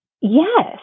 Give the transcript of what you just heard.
Yes